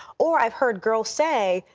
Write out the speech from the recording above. or ive heard girls say,